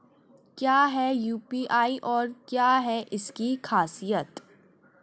क्या है यू.पी.आई और क्या है इसकी खासियत?